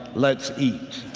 let's eat.